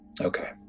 okay